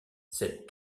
cette